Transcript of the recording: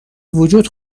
وجود